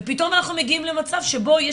ופתאום אנחנו מגיעים למצב שפתאום יש